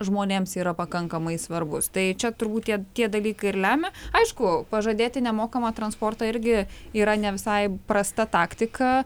žmonėms yra pakankamai svarbus tai čia turbūt tie tie dalykai ir lemia aišku pažadėti nemokamą transportą irgi yra ne visai prasta taktika